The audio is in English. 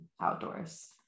outdoors